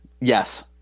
Yes